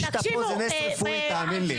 זה שאתה פה זה נס רפואי, תאמין לי.